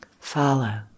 follow